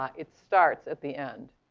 um it starts at the end,